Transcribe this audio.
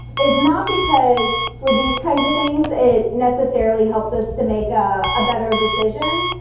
is not because for these kinds of things, it necessarily helps us to make ah a better decision,